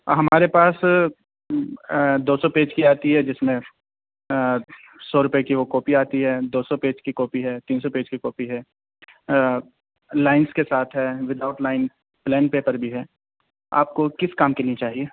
ہمارے پاس دو سو پیج کی آتی ہے جس میں سو روپے کی وہ کاپی آتی ہے دو سو پیج کی کاپی ہے تین سو پیج کی کاپی ہے لائنس کے ساتھ ہے وداؤٹ لائن پلین پیپر بھی ہے آپ کو کس کام کےی لیے چاہیے